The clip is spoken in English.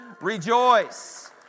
rejoice